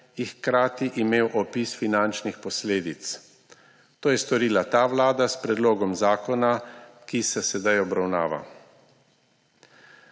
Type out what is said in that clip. in hkrati imel opis finančnih posledic. To je storila ta vlada s predlogom zakona, ki se sedaj obravnava.